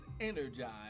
energized